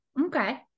okay